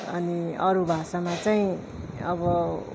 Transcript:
अनि अरू भाषामा चाहिँ अब